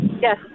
Yes